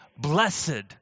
Blessed